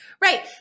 Right